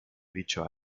dicho